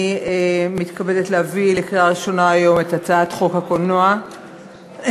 אני מתכבדת להביא היום לקריאה ראשונה את הצעת חוק הקולנוע (הוראת